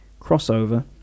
crossover